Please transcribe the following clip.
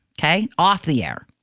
okay. off the air.